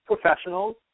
professionals